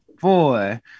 Boy